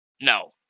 No